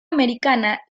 americana